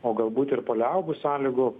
o galbūt ir paliaubų sąlygų